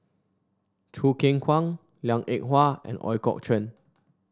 Choo Keng Kwang Liang Eng Hwa and Ooi Kok Chuen